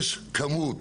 יש כמות,